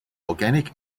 organic